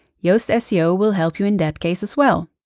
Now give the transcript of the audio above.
yoast ah seo will help you in that case as well.